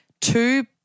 two